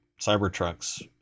Cybertruck's